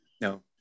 No